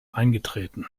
eingetreten